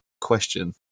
question